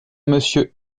monsieur